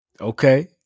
Okay